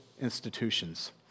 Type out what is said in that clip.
institutions